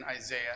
Isaiah